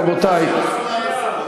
רבותי,